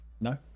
No